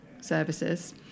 services